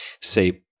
Say